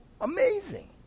Amazing